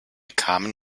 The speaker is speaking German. kamen